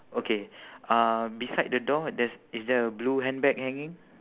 okay uh beside the door there's is there a blue handbag hanging